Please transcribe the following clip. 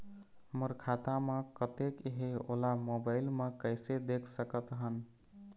मोर खाता म कतेक हे ओला मोबाइल म कइसे देख सकत हन?